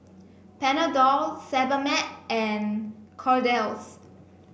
Panadol Sebamed and Kordel's